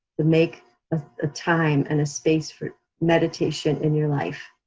to make ah a time and a space for meditation in your life?